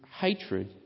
hatred